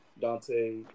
Dante